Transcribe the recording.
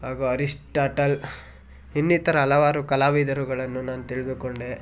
ಹಾಗು ಅರಿಷ್ಟಾಟಲ್ ಇನ್ನಿತರ ಹಲವಾರು ಕಲಾವಿದರುಗಳನ್ನು ನಾನು ತಿಳಿದುಕೊಂಡೆ